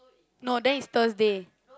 no then it's Thursday